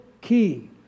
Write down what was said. key